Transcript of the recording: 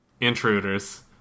intruders